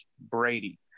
Brady